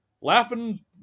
laughing